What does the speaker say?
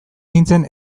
nintzen